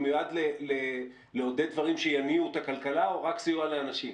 הוא מיועד לעודד דברים שיניעו את הכלכלה או רק סיוע לאנשים?